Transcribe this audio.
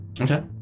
Okay